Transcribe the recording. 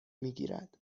میگیرد